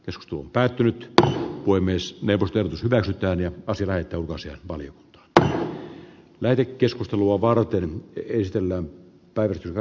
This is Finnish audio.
sisustuun päätynyt voi myös neuvottelut perhettään ja pasi laito vuosia vallin b näyte keskustelua varten keistöllä päivystävä